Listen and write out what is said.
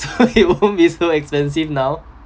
so it won't be so expensive now